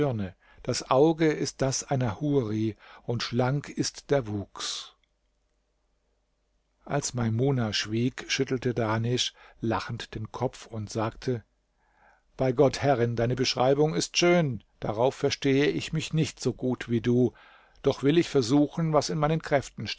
das auge ist das einer huri und schlank ist der wuchs als maimuna schwieg schüttelte dahnesch lachend den kopf und sagte bei gott herrin deine beschreibung ist schön darauf verstehe ich mich nicht so gut wie du doch will ich versuchen was in meinen kräften